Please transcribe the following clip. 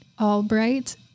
Albright